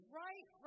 right